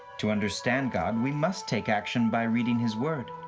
to understand god, we must take action by reading his word.